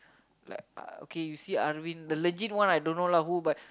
like uh okay you see Arwin the legit one I don't know lah who but